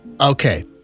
Okay